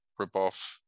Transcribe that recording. ripoff